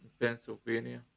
pennsylvania